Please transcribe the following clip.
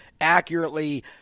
accurately